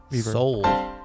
Soul